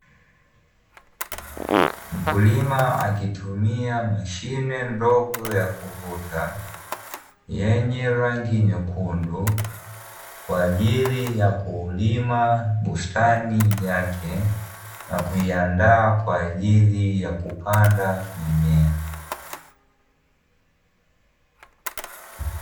Mkulima akitumia mashine ndogo ya kuvuta yenye rangi nyekundu, kwa ajili ya kulima bustani yake na kuiandaa kwa ajili ya kupanda mimea.